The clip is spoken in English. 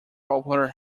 popular